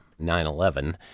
9-11